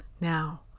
now